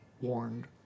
warned